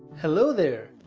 hello there.